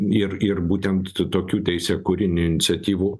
ir ir būtent tų tokių teisėkūrinių iniciatyvų